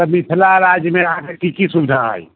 तऽ मिथिला राज्यमे अहाँकेँ की की सुविधा अइ